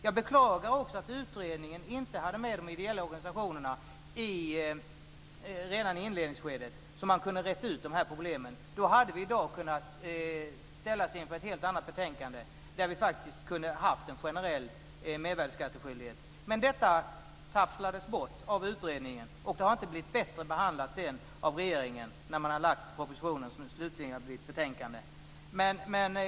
Jag beklagar att utredningen inte hade med de ideella organisationerna redan i inledningsskedet, så att man hade kunnat reda ut de här problemen. Då hade vi i dag kunnat ställas inför ett helt annat betänkande, där vi faktiskt hade kunnat ha en generell mervärdesskattskyldighet. Men detta sjabblades bort av utredningen, och det har inte blivit bättre behandlat av regeringen sedan när den lade fram den proposition som slutligen har blivit ett betänkande.